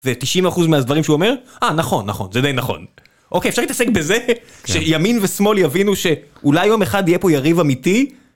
ו 90% מהדברים שהוא אומר? אה, נכון, נכון, זה די נכון. אוקיי, אפשר להתעסק בזה? שימין ושמאל יבינו ש... אולי יום אחד יהיה פה יריב אמיתי..